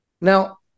now